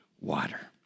water